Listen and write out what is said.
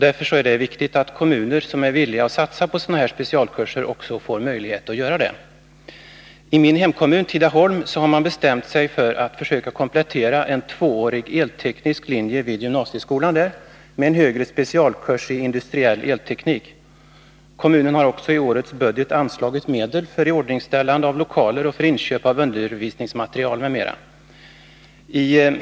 Därför är det viktigt att kommuner som är villiga att satsa på sådana här specialkurser också får möjlighet att göra det. I min hemkommun Tidaholm har man bestämt sig för att försöka komplettera en tvåårig elteknisk linje vid gymnasieskolan där med en högre specialkurs i industriell elteknik. Kommunen har också i årets budget anslagit medel för iordningställande av lokaler och för inköp av undervisningsmaterial m.m.